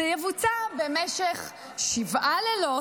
זה יבוצע במשך שבעה לילות,